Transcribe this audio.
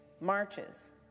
marches